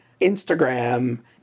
Instagram